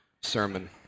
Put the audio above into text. sermon